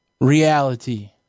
reality